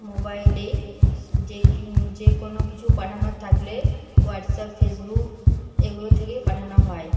মোবাইলেই যেকোনো কিছু পাঠানোর থাকলে হোয়াটসঅ্যাপ ফেসবুক এগুলো থেকেই পাঠানো হয়